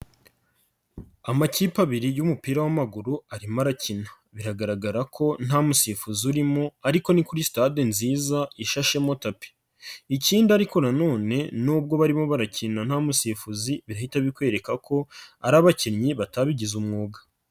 Amakipe abiri y'umupira w'amaguru arimo arakina. Biragaragara ko nta musifuzi urimo ariko ni kuri sitade nziza ishashemo tapi. Ikindi ariko na none nubwo barimo barakina nta musifuzi, birahita bikwereka ko ari abakinnyi batabigize umwuga.